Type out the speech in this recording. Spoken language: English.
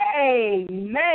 Amen